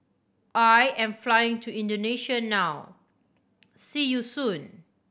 I am flying to Indonesia now see you soon